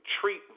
treat